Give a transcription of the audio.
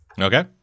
Okay